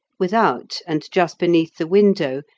without, and just beneath the window,